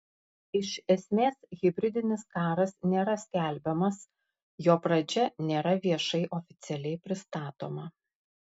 iš esmės hibridinis karas nėra skelbiamas jo pradžia nėra viešai oficialiai pristatoma